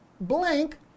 blank